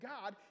God